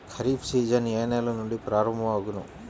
Kharif season ఏ నెల నుండి ప్రారంభం అగును?